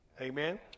Amen